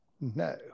No